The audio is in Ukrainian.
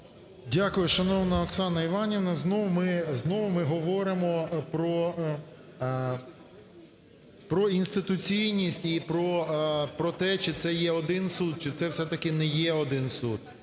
Дякую, шановна Оксана Іванівна. Знову ми говоримо про інституційність і про те, чи це є один суд, чи це все-таки не є один суд.